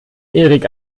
erik